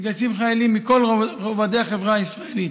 מתגייסים חיילים מכל רובדי החברה הישראלית,